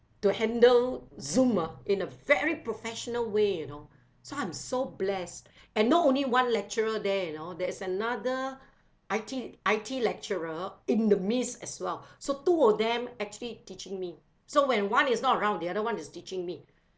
to handle Zoom ah in a very professional way you know so I am so blessed and not only one lecturer there you know there's another I_T I_T lecturer in the midst as well so two of them actually teaching me so when one is not around the other [one] is teaching me